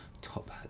top